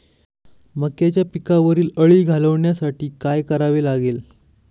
मक्याच्या पिकावरील अळी घालवण्यासाठी काय करावे लागेल?